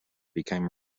became